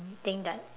think that